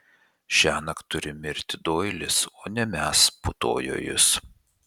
šiąnakt turi mirti doilis o ne mes putojo jis